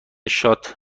شات